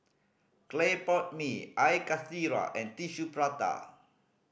clay pot mee Air Karthira and Tissue Prata